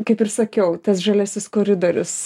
kaip ir sakiau tas žaliasis koridorius